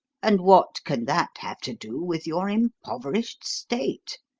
and what can that have to do with your impoverished state?